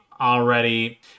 already